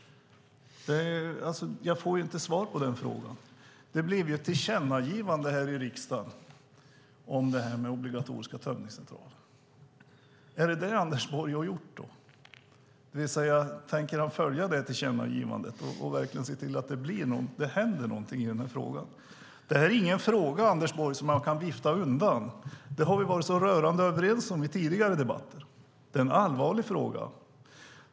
Jag får inte svar på den frågan. Det blev ett tillkännagivande här i riksdagen om obligatoriska tömningscentraler. Tänker Anders Borg följa detta tillkännagivande och se till att det verkligen händer någonting? Det här är ingen fråga som Anders Borg kan vifta undan. Det har vi varit rörande överens om i tidigare debatter. Det är en allvarlig fråga.